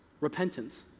Repentance